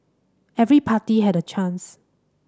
every party had a chance